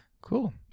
cool